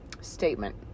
statement